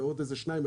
ועוד איזה שניים,